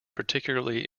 particularly